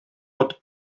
bod